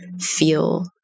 feel